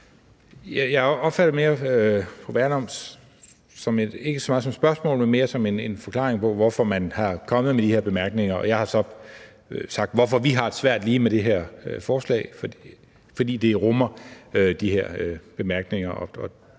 opfatter jeg ikke så meget som et spørgsmål, men som en forklaring på, hvorfor man er kommet med de her bemærkninger. Jeg har så sagt, hvorfor vi har det svært med lige det her forslag, altså fordi det rummer de her bemærkninger.